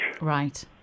Right